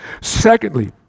Secondly